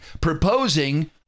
proposing